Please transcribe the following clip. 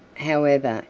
however,